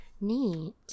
Neat